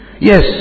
Yes